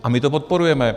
A my to podporujeme.